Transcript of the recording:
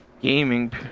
Gaming